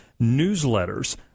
newsletters